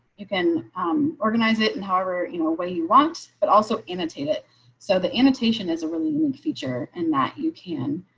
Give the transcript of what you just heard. you can organize it in. however, your way you want, but also annotate it so the annotation is a really good feature and that you can,